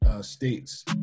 states